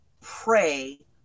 pray